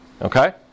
Okay